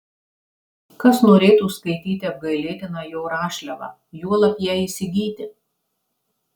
kas norėtų skaityti apgailėtiną jo rašliavą juolab ją įsigyti